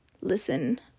listen